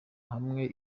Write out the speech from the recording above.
hamwe